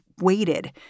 waited